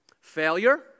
failure